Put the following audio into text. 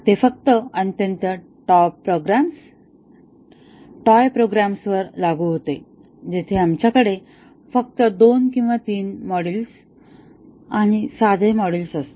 ते फक्त अत्यंत टॉय प्रोग्राम्स टॉय प्रोग्राम्सवर लागू होते जिथे आमच्याकडे फक्त दोन किंवा तीन मॉड्यूल साधे मॉड्यूल असतात